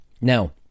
Now